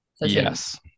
yes